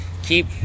keep